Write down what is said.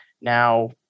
Now